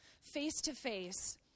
face-to-face